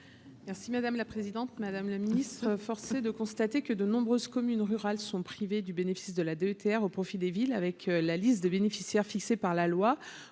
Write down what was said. merci madame la présidente, madame le Ministre. Force est de constater que de nombreuses communes rurales sont privés du bénéfice de la DETR au profit des villes avec la liste des bénéficiaires, fixé par la loi,